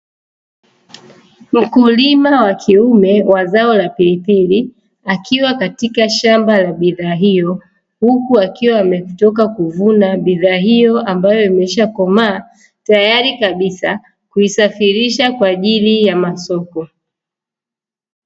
Wakulima wakiume wa zao la pilipili akiwa katika shamba la zao hilo, huku akiwa ametoka kuvuna bidhaa hiyo ikiwa imekwisha komaa. Tayari kwa kuisafirisha kwa ajili ya masoko.